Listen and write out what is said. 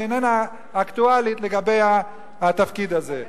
שאיננה אקטואלית לגבי התפקיד הזה.